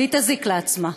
היא תזיק לעצמה.